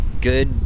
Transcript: good